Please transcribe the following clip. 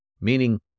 Meaning